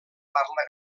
parla